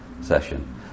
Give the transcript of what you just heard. session